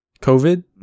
COVID